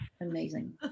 amazing